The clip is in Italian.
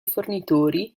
fornitori